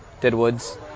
Deadwoods